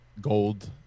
gold